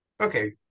Okay